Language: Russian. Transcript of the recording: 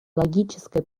логическое